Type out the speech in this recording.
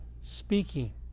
speaking